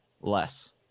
Less